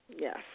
Yes